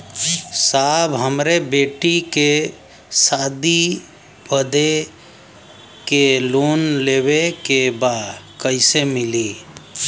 साहब हमरे बेटी के शादी बदे के लोन लेवे के बा कइसे मिलि?